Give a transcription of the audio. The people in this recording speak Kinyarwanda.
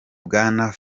bwana